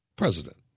President